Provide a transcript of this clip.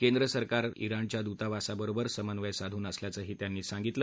केंद्र सरकार इराणच्या दुतावासाबरोबर समन्वय साधून असल्याचंही त्यांनी सांगितलं